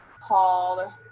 called